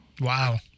Wow